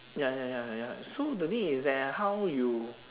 ya ya ya ya so the thing is that how you